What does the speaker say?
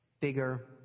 Bigger